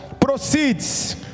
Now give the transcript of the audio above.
proceeds